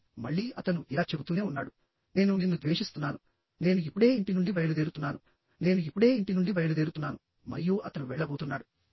ఆపై మళ్ళీ అతను ఇలా చెబుతూనే ఉన్నాడు నేను నిన్ను ద్వేషిస్తున్నాను నేను ఇప్పుడే ఇంటి నుండి బయలుదేరుతున్నాను నేను ఇప్పుడే ఇంటి నుండి బయలుదేరుతున్నాను మరియు అతను వెళ్ళబోతున్నాడు